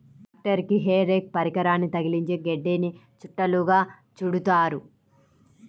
ట్రాక్టరుకి hay rake పరికరాన్ని తగిలించి గడ్డిని చుట్టలుగా చుడుతారు